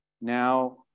now